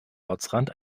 ortsrand